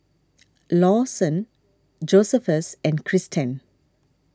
Lawson Josephus and Christen